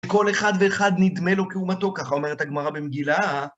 "כל אחד ואחד נדמה לו כי הוא מתוק", ככה אומרת הגמרא במגילה.